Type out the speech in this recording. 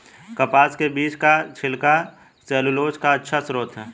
कपास के बीज का छिलका सैलूलोज का अच्छा स्रोत है